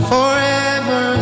Forever